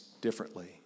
differently